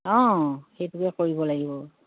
অঁ সেইটোকে কৰিব লাগিব